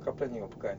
kaplan juga bukan